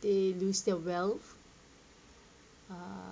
they lose their wealth uh